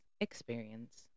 experience